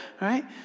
right